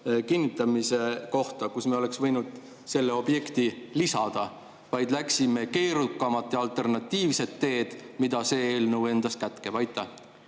kinnitamine", kuhu me oleksime võinud selle objekti lisada, vaid läheme keerukamat ja alternatiivset teed, mida see eelnõu endas kätkeb?